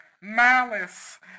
Malice